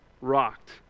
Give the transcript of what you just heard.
rocked